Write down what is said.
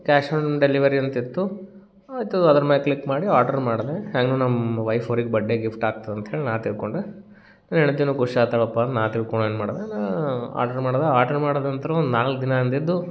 cash on delivery ಅಂತಿತ್ತು ಆಯಿತು ಅದರ ಮ್ಯಾಲ್ ಕ್ಲಿಕ್ ಮಾಡಿ ಆರ್ಡ್ರು ಮಾಡಿದೆ ಹೇಗೂ ನಮ್ಮ ವೈಫ್ ಅವ್ರಿಗೆ ಬಡ್ಡೆ ಗಿಫ್ಟ್ ಆಗ್ತದಂತ್ಹೇಳಿ ನಾ ತಿಳ್ಕೊಂಡೆ ನನ್ನ ಹೆಂಡ್ತಿಯೂ ಖುಷ್ ಆಗ್ತಳಪ್ಪ ನಾ ತಿಳ್ಕೊಂಡು ಏನು ಮಾಡಿದೆ ನಾ ಆರ್ಡ್ರ್ ಮಾಡಿದೆ ಆರ್ಡ್ರ್ ಮಾಡಿದ ನಂತರ ಒಂದು ನಾಲ್ಕು ದಿನ ಅಂದಿದ್ದು